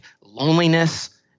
loneliness